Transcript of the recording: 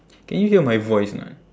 can you hear my voice or not